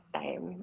time